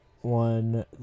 one